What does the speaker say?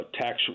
tax